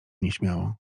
nieśmiało